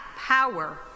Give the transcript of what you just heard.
power